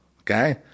Okay